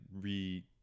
re